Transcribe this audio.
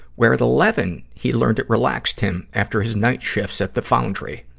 where at eleven he learned it relaxed him after his night shifts at the foundry.